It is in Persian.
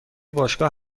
باشگاه